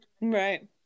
right